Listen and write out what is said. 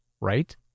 Right